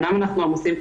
אמנם אנחנו עמוסים,